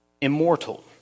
immortal